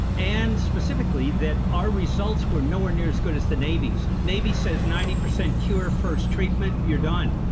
and specifically that our results were nowhere near as good as the navies. navy says ninety percent cure first treatment, you're done.